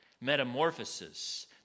metamorphosis